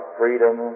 freedom